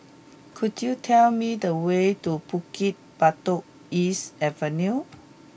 could you tell me the way to Bukit Batok East Avenue